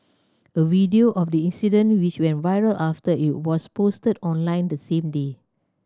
a video of the incident which went viral after it was posted online the same day